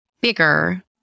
bigger